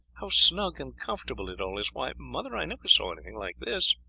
how snug and comfortable it all is. why, mother, i never saw anything like this.